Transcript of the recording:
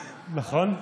נכון?